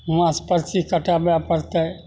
वहाँसँ पर्ची कटबय पड़तय